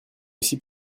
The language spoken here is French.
aussi